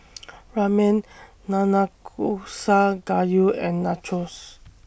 Ramen Nanakusa Gayu and Nachos